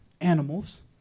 animals